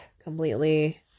completely